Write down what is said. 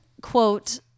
quote